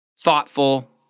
Thoughtful